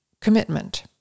commitment